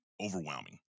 overwhelming